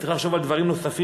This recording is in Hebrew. צריך לחשוב על דברים נוספים,